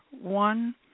one